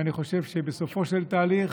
אני חושב שבסופו של תהליך